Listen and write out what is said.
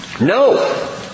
No